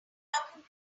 talking